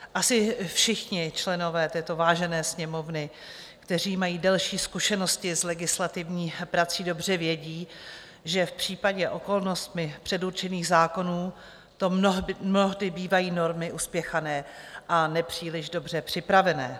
Asi všichni členové této vážené Sněmovny, kteří mají delší zkušenosti s legislativní prací, dobře vědí, že v případě okolnostmi předurčených zákonů to mnohdy bývají normy uspěchané a nepříliš dobře připravené.